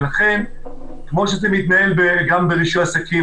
ולכן כמו שזה מתנהל גם ברישוי עסקים,